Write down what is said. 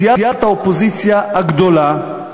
סיעת האופוזיציה הגדולה,